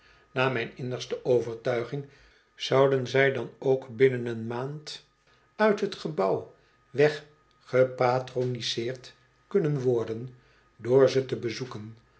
naar mijn innigste overtuiging zouden zij dan ook binnen een maand uit het gebouw weggepatroniceerd kunnen worden door ze te bezoeken